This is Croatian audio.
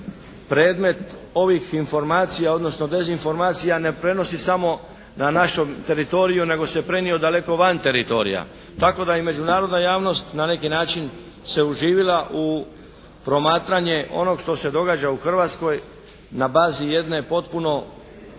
predmet ovih informacija odnosno dezinformacija ne prenosi samo na našem teritoriju nego se prenio daleko van teritorija, tako da i međunarodna javnost na neki način se uživila u promatranje onoga što se događa u Hrvatskoj na bazi jedne potpuno